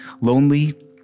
lonely